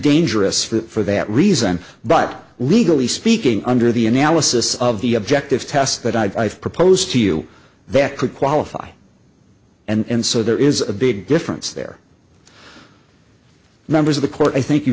dangerous for that reason but legally speaking under the analysis of the objective tests that i've proposed to you that could qualify and so there is a big difference there members of the court i think you